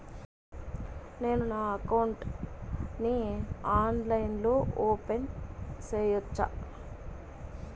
నేను నా అకౌంట్ ని ఆన్లైన్ లో ఓపెన్ సేయొచ్చా?